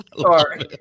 Sorry